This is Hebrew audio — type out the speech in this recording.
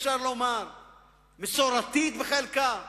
אפשר לומר מסורתית בחלקה,